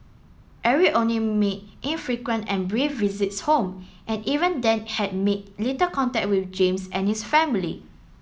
Eric only made infrequent and brief visits home and even then had made little contact with James and his family